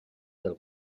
del